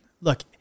look